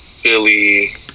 Philly